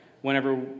whenever